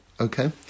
okay